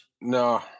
no